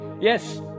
Yes